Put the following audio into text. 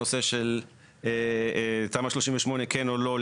הנושא של תמ"א 38 כן או לא,